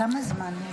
כמה זמן?